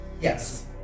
Yes